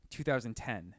2010